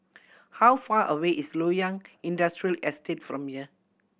how far away is Loyang Industrial Estate from here